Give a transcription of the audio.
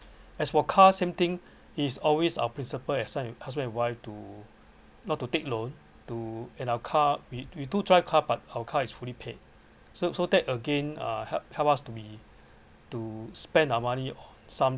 as for car same thing is always our principle as sign~ husband and wife to not to take loan to and our car we we do drive car but our car is fully paid so so that again uh help help us to be to spend our money